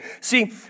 See